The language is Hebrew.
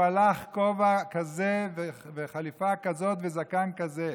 הלך בכובע כזה וחליפה כזאת וזקן כזה,